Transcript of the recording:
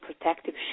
protective